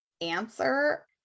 answer